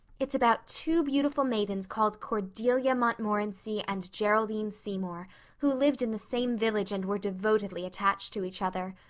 it's about two beautiful maidens called cordelia montmorency and geraldine seymour who lived in the same village and were devotedly attached to each other.